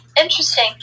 Interesting